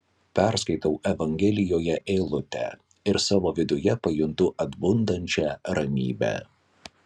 perskaitau evangelijoje eilutę ir savo viduje pajuntu atbundančią ramybę